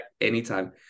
anytime